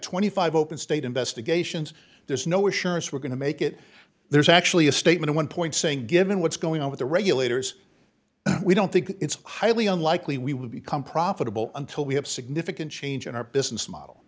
twenty five open state investigations there's no assurance we're going to make it there's actually a statement one point saying given what's going on with the regulators we don't think it's highly unlikely we will become profitable until we have significant change in our business model